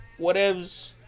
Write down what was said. whatevs